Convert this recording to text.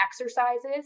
exercises